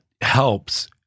helps